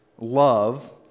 love